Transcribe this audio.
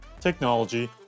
technology